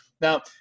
Now